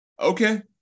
Okay